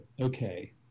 okay